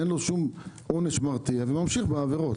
אין לו שום עונש מרתיע והוא ממשיך בעבירות.